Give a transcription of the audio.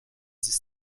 this